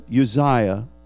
uzziah